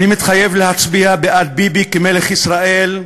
אני מתחייב להצביע בעד ביבי כמלך ישראל.